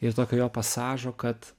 ir tokio jo pasažo kad